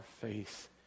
faith